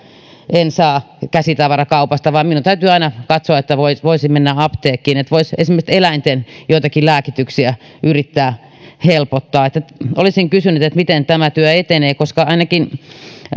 en saa käsitavarakaupasta vaan minun täytyy aina katsoa että voisin mennä apteekkiin niin että voisi esimerkiksi joitakin eläinten lääkityksiä yrittää helpottaa olisin kysynyt miten tämä työ etenee koska ainakin